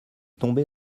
tombé